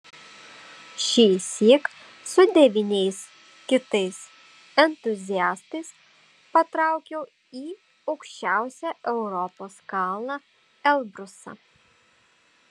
šįsyk su devyniais kitais entuziastais patraukiau į aukščiausią europos kalną elbrusą